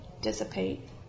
dissipate